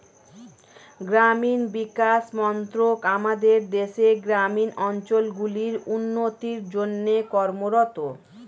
গ্রামীণ বিকাশ মন্ত্রক আমাদের দেশের গ্রামীণ অঞ্চলগুলির উন্নতির জন্যে কর্মরত